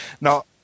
Now